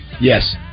Yes